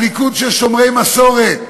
הליכוד של שומרי מסורת,